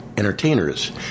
Entertainers